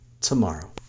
tomorrow